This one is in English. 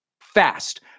Fast